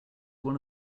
one